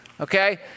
Okay